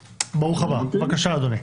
בבקשה, אדוני.